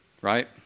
Right